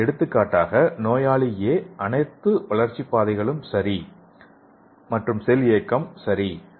எடுத்துக்காட்டாக நோயாளி Aக்கு அனைத்து வளர்ச்சி பாதைகளும் சரி மற்றும் செல் இயக்கம் சரியாக இருக்கிறது